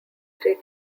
three